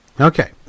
Okay